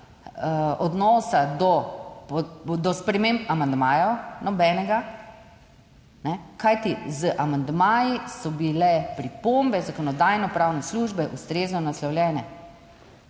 odnosa do sprememb amandmajev, nobenega. Kajti z amandmaji so bile pripombe Zakonodajno-pravne službe ustrezno naslovljene,